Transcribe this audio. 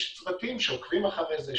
יש צוותים שעוקבים אחרי זה,